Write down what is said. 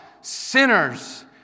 sinners